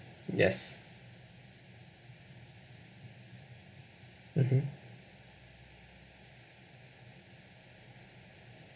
yes mmhmm